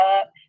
up